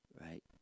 right